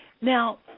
Now